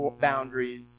boundaries